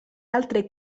altre